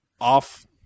off